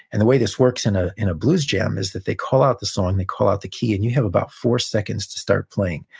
and the way this works in ah in a blues jam is that they call out the song, they call out the key, and you have about four seconds to start playing.